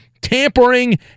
tampering